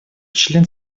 член